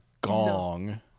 gong